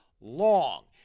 long